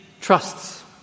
trusts